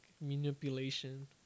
manipulation